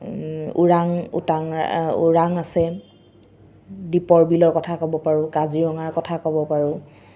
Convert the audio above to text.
ওৰাং ওৰাং আছে দীপৰ বিলৰ কথা ক'ব পাৰোঁ কাজিৰঙাৰ কথা ক'ব পাৰোঁ